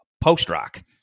post-rock